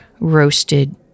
Roasted